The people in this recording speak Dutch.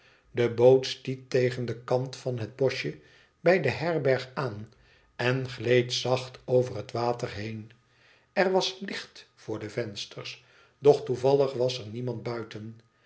de boot stiet tegen den kant van het boschje bij de herberg aan en gleed zacht over het water heen er was licht voor de vensters doch toevallig was er niemand buiten